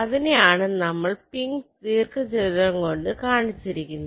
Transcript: അതിനെ ആണ് നമ്മള് പിങ്ക് ദീർഘചതുരം കൊണ്ട് കാണിച്ചിരിക്കുന്നത്